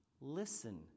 Listen